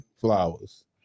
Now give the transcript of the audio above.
flowers